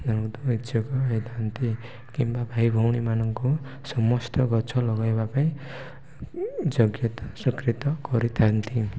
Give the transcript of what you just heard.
ତା ହେଇଥାନ୍ତି କିମ୍ବା ଭାଇଭଉଣୀ ମାନଙ୍କୁ ସମସ୍ତ ଗଛ ଲଗାଇବା ପାଇଁ ଯୋଗ୍ୟତା ସ୍ୱୀକୃତ କରିଥାନ୍ତି